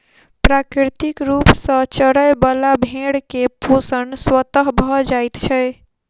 प्राकृतिक रूप सॅ चरय बला भेंड़ के पोषण स्वतः भ जाइत छै